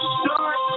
start